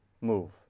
move